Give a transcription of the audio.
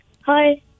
Hi